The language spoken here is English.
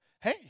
hey